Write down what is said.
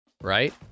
right